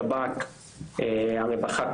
השב"כ הרווחה,